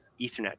ethernet